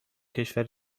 کشور